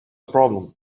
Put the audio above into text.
problem